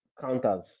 counters